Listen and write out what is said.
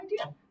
idea